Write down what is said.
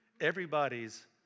everybody's